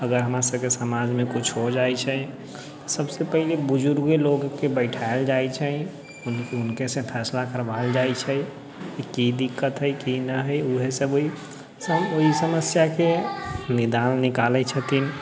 अगर हमरा सबके समाजमे किछु हो जाइ छै सबसँ पहिले बुजुर्गे लोकके बैठाएल जाइ छै हुनकेसँ फैसला करबाएल जाइ छै कि दिक्कत हइ कि नहि हइ वएहसब ई समस्याके निदान निकालै छथिन